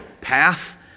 path